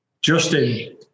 Justin